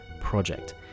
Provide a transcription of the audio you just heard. project